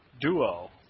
duo